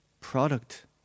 product